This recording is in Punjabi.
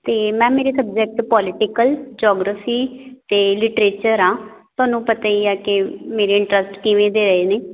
ਅਤੇ ਮੈਮ ਮੇਰੇ ਸਬਜੈਕਟ ਪੋਲੀਟੀਕਲ ਜੌਗ੍ਰਾਫੀ ਅਤੇ ਲਿਟਰੇਚਰ ਆ ਤੁਹਾਨੂੰ ਪਤਾ ਹੀ ਆ ਕਿ ਮੇਰੇ ਇੰਟਰਸਟ ਕਿਵੇਂ ਦੇ ਰਹੇ ਨੇ